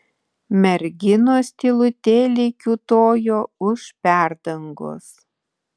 merginos tylutėliai kiūtojo už perdangos